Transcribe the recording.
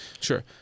Sure